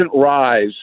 rise